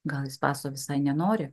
gal jis paso visai nenori